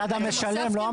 זה הצד המשלם, לא המרוויח.